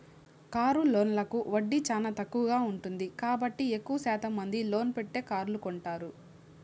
car లోన్లకు వడ్డీ చానా తక్కువగా ఉంటుంది కాబట్టి ఎక్కువ శాతం మంది లోన్ పెట్టే కార్లు కొంటారు